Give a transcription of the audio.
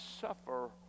suffer